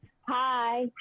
hi